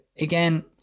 again